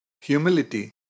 humility